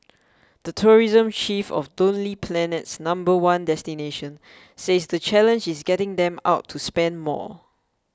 the tourism chief of Lonely Planet's number one destination says the challenge is getting them out to spend more